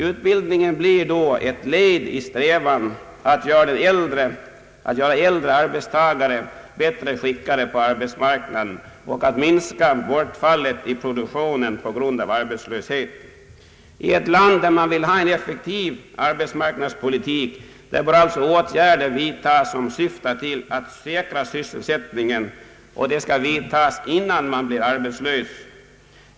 Utbildningen blir då ett led i strävan att göra äldre arbetstagare bättre skickade på arbetsmarknaden och att minska bortfallet i produktionen på grund av arbetslöshet. I ett land där man vill ha en effektiv arbetsmarknadspolitik bör alltså åtgärder vidtas som syftar till att säkra sysselsättningen, och dessa åtgärder skall vidtas innan man blir arbetslös.